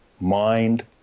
mind